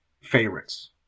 favorites